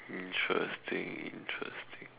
interesting interesting